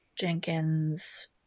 Jenkins